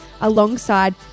alongside